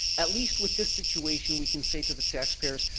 at least with this situation we can say to the taxpayers,